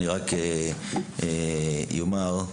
כפי שאמרתי,